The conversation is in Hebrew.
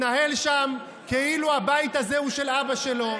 התנהל שם כאילו הבית הזה הוא של אבא שלו,